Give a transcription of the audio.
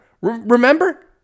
remember